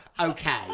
okay